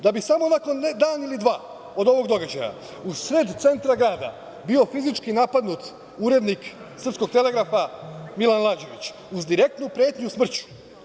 Da bi samo nakon dan ili dva od ovog događaja u sred centra grada bio fizički napadnut urednik „Srpskog telegrafa“ Milan Lađović, uz direktnu pretnju smrću.